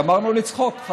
גמרנו לצחוק?